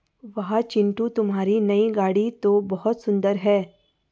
वाह चिंटू तुम्हारी नई गाड़ी तो बहुत सुंदर है